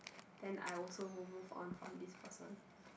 then I will also move on from this person